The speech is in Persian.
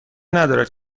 ندارد